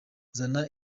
zana